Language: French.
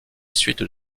suite